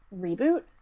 reboot